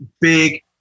big